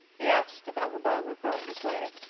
he asked if arobin were going his way.